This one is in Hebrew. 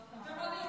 הוא תימני במקור.